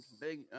big